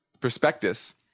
prospectus